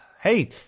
Hey